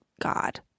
God